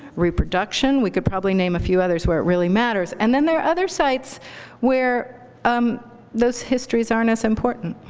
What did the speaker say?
reproduction, we could probably name a few others where it really matters. and then there are other sites where um those histories aren't as important.